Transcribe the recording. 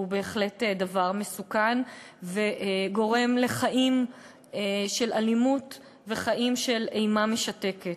הוא בהחלט דבר מסוכן וגורם לחיים של אלימות וחיים של אימה משתקת.